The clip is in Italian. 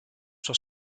sua